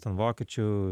ten vokiečių